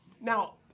Now